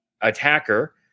attacker